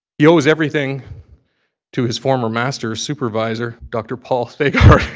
he owes everything to his former master supervisor, dr. paul thagard.